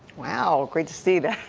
wow great to see that.